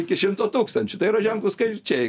iki šimto tūkstančių tai yra ženklūs skaičiai